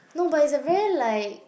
no but it's a very like